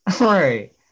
right